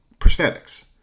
prosthetics